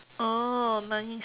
oh nice